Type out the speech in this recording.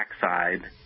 backside